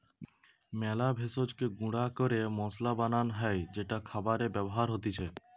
মেলা ভেষজকে গুঁড়া ক্যরে মসলা বানান হ্যয় যেটা খাবারে ব্যবহার হতিছে